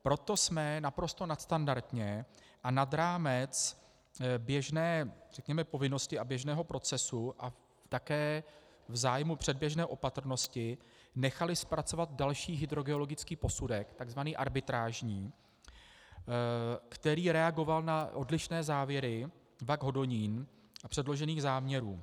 Proto jsme naprosto nadstandardně a nad rámec běžné povinnosti a běžného procesu a také v zájmu předběžné opatrnosti nechali zpracovat další hydrogeologický posudek, tzv. arbitrážní, který reagoval na odlišné závěry VaK Hodonín a předložených záměrů.